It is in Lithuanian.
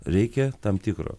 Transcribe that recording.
reikia tam tikro